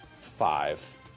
five